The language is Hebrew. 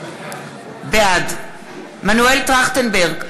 בעד מנואל טרכטנברג,